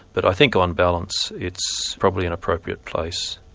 but i think on balance it's probably an appropriate place,